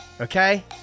Okay